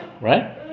right